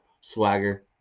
swagger